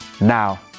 Now